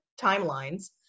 timelines